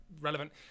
relevant